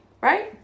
right